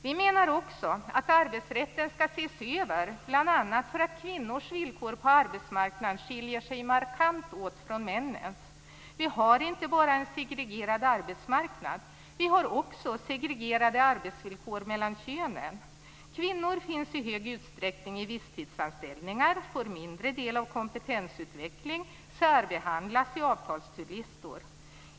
Vi menar också att arbetsrätten skall ses över bl.a. för att kvinnors villkor på arbetsmarknaden skiljer sig markant från männens. Vi har inte bara en segregerad arbetsmarknad, utan vi har också segregerade arbetsvillkor mellan könen. Kvinnor finns i stor utsträckning i visstidsanställningar, får mindre del av kompetensutveckling och särbehandlas i avtalsturlistor.